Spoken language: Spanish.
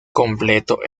completo